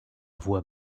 voix